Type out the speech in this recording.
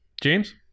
James